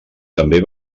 també